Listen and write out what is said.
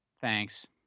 Thanks